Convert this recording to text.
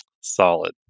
solid